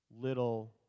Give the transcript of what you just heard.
little